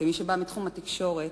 כמי שבאה מתחום התקשורת,